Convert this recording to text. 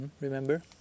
Remember